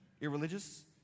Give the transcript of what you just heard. irreligious